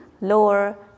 lower